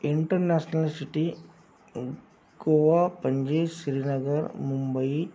international city Goa Panaji Srinagar Mumbai